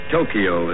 Tokyo